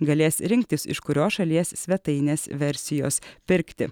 galės rinktis iš kurios šalies svetainės versijos pirkti